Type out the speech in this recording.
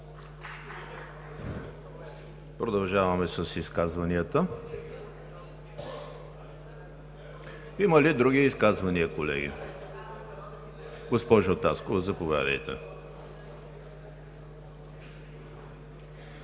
Продължаваме с изказванията. Има ли други изказвания, колеги? Госпожо Таскова, заповядайте.